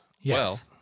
Yes